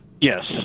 Yes